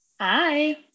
hi